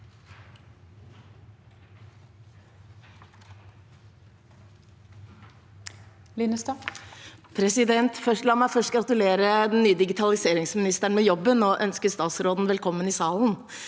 for saken): La meg først gratulere den nye digitaliseringsministeren med jobben og ønske statsråden velkommen i salen.